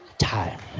time.